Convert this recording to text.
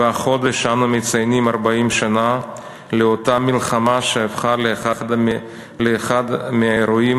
והחודש אנו מציינים 40 שנה לאותה מלחמה שהפכה לאחד מהאירועים